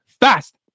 fast